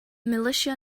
militia